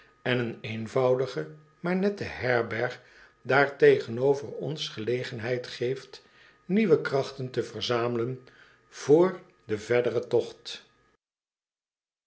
en een eenvoudige maar nette herberg daar tegenover ons gelegenheid geeft nieuwe krachten te verzamelen voor den verderen togt